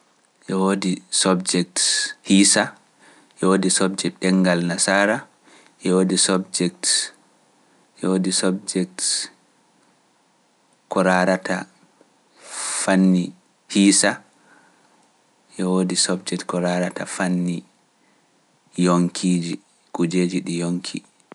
E woodi subject Hiisa, e woodi subject ɗemngal Nasaara, e woodi subject - e woodi subject ko raarata fanni Piisa, e woodi subject ko raarata fanni yonkiiji, kuujeeji ɗi yonki.